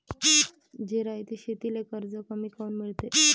जिरायती शेतीले कर्ज कमी काऊन मिळते?